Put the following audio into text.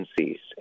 agencies